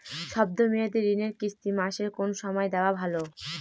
শব্দ মেয়াদি ঋণের কিস্তি মাসের কোন সময় দেওয়া ভালো?